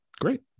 great